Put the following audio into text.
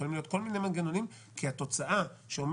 יכולים להיות כל מיני מנגנונים כי התוצאה שאומרת